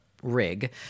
rig